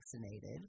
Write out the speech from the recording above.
vaccinated